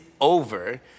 over